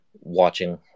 watching